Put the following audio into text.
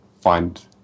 find